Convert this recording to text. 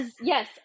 yes